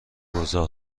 گذار